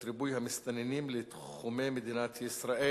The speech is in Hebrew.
6651,